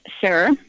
sir